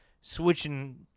switching